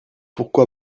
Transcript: pourquoi